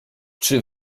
czy